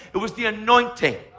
it was the anointing.